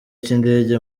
cy’indege